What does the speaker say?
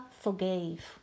forgave